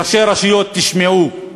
ראשי הרשויות, תשמעו,